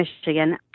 Michigan